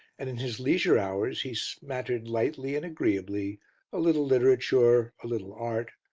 and in his leisure hours he smattered lightly and agreeably a little literature, a little art,